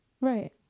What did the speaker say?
Right